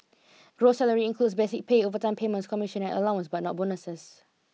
gross salary includes basic pay overtime payments commissions and allowances but not bonuses